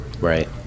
Right